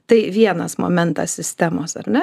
tai vienas momentas sistemos ar ne